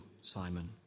Simon